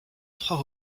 trois